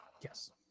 Yes